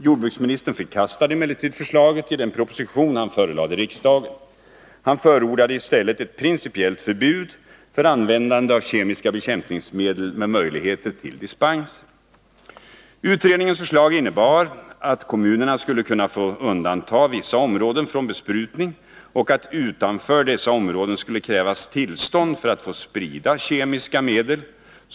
Jordbruksministern förkastade emellertid förslaget i den proposition han förelade riksdagen. Han förordade i stället ett principiellt förbud för användande av kemiska bekämpningsmedel, med möjligheter till dispenser. Utredningens förslag innebar att kommunerna skulle få undanta vissa Nr 118 områden från besprutning och att utanför dessa områden skulle krävas Onsdagen den tillstånd för att få sprida kemiska medel.